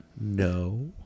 No